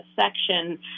section